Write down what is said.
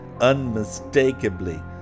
unmistakably